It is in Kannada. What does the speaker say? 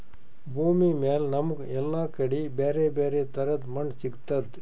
ಭೂಮಿಮ್ಯಾಲ್ ನಮ್ಗ್ ಎಲ್ಲಾ ಕಡಿ ಬ್ಯಾರೆ ಬ್ಯಾರೆ ತರದ್ ಮಣ್ಣ್ ಸಿಗ್ತದ್